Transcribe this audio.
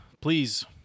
please